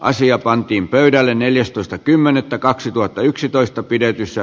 asia pantiin pöydälle neljästoista kymmenettä kaksituhattayksitoistapidetyssä